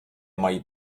mají